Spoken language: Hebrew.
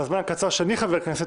בזמן הקצר שאני חבר כנסת,